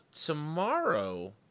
tomorrow